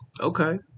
Okay